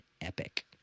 epic